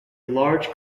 large